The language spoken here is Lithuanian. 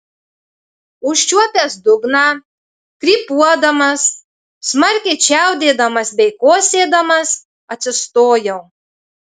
užčiuopęs dugną krypuodamas smarkiai čiaudėdamas bei kosėdamas atsistojau